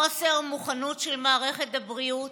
חוסר מוכנות של מערכת הבריאות,